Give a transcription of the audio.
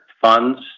funds